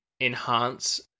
enhance